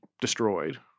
destroyed